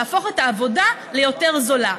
להפוך את העבודה ליותר זולה,